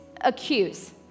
accuse